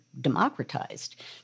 democratized